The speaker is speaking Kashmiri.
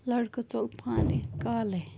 لڑکہٕ ژوٚل پانے کالے